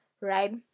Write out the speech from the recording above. right